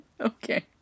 Okay